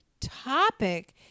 topic